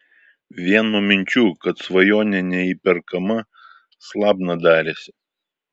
vien nuo minčių kad svajonė neįperkama slabna darėsi